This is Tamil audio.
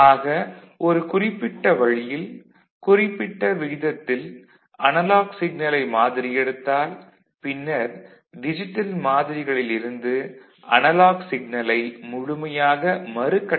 ஆக ஒரு குறிப்பிட்ட வழியில் குறிப்பிட்ட விகிதத்தில் அனலாக் சிக்னலை மாதிரி எடுத்தால் பின்னர் டிஜிட்டல் மாதிரிகளிலிருந்து அனலாக் சிக்னலை முழுமையாக மறுகட்டமைக்க முடியும்